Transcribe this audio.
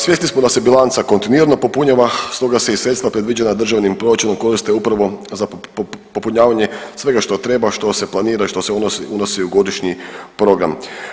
Svjesni smo da se bilanca kontinuirano popunjava stoga se i sredstva predviđena državnim proračunom koriste upravo za popunjavanje svega što treba, što se planira i što se unosi u godišnji program.